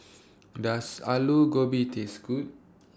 Does Alu Gobi Taste Good